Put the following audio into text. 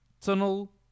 tunnel